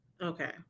Okay